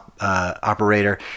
operator